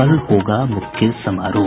कल होगा मुख्य समारोह